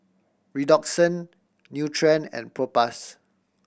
Redoxon Nutren and Propass